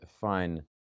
fine